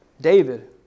David